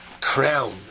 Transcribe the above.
crown